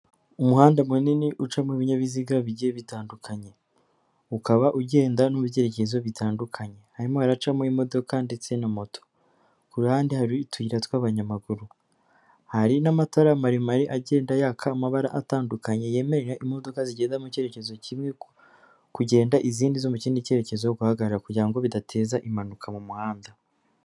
Umuhanda munini ucamo ibinyabiziga bigiye bitandukanye, ukaba ugenda no mu byerekezo bitandukanye, harimo haracamo imodoka ndetse na moto, ku ruhande hari utuyira tw'abanyamaguru, hari n'amatara maremare agenda yaka amabara atandukanye yemerera imodoka zigenda mu cyerekezo kimwe kugenda izindi zo mu kindi cyerekezo guhagarara, kugira ngo bidateza impanuka mu muhanda.